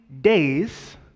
days